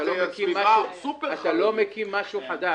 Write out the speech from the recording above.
כאן מקימים משהו חדש.